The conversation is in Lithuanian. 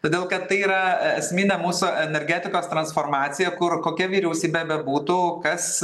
todėl kad tai yra esminė mūsų energetikos transformacija kur kokia vyriausybė bebūtų kas